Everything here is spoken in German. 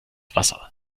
wasser